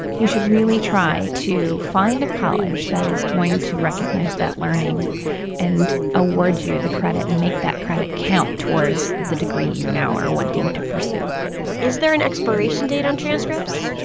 you should really try to find a college that is going to recognize that learning and award you the credit and make that credit count towards the degree you now are wanting to pursue is there an expiration date on transcripts?